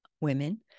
women